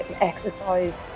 Exercise